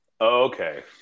Okay